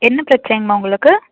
என்ன பிரச்சினைங்கம்மா உங்களுக்கு